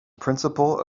principle